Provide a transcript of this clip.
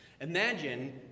Imagine